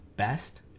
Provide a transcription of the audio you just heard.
best